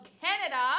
Canada